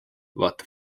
vaata